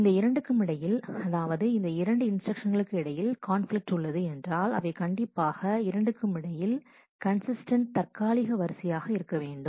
இந்த இரண்டுக்கும் இடையில் அதாவது இந்த இரண்டு இன்ஸ்டிரக்ஷன்ஸ்களுக்கு இடையில் கான்பிலிக்ட் உள்ளது என்றால் அவை கண்டிப்பாக இரண்டுக்குமிடையில் கன்சிஸ்டன்ட் தற்காலிக வரிசையாக இருக்க வேண்டும்